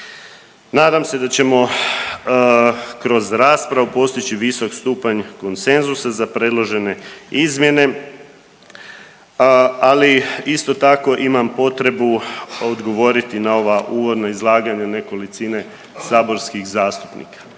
Nadam se da ćemo kroz raspravu postići visok stupanj konsenzusa za predložene izmjene, ali isto tako imam potrebu odgovoriti na ova uvodna izlaganja nekolicine saborskih zastupnika.